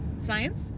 Science